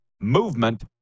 movement